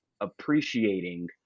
appreciating